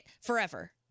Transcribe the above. forever